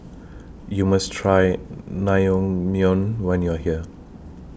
YOU must Try Naengmyeon when YOU Are here